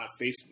Facebook